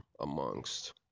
amongst